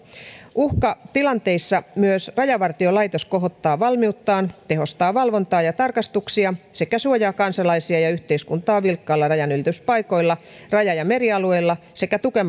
uhkatilanteissa myös rajavartiolaitos kohottaa valmiuttaan tehostaa valvontaa ja tarkastuksia suojaa kansalaisia ja yhteiskuntaa vilkkailla rajanylityspaikoilla ja raja ja merialueilla sekä tukee